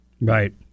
Right